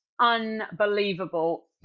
unbelievable